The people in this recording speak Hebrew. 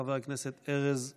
חבר הכנסת ארז מלול.